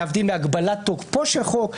להבדיל מהגבלת תוקפו של חוק,